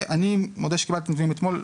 אני מודה שקיבלתי את הנתונים אתמול,